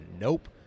nope